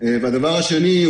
והדבר השני,